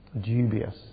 dubious